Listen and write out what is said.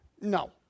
No